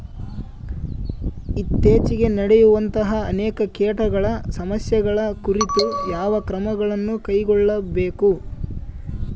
ಇತ್ತೇಚಿಗೆ ನಡೆಯುವಂತಹ ಅನೇಕ ಕೇಟಗಳ ಸಮಸ್ಯೆಗಳ ಕುರಿತು ಯಾವ ಕ್ರಮಗಳನ್ನು ಕೈಗೊಳ್ಳಬೇಕು?